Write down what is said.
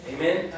Amen